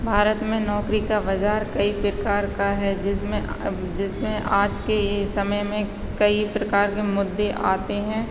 भारत में नौकरी का बाजार कई प्रकार का है जिसमें जिसमें आज के समय में कई प्रकार के मुद्दे आते हैं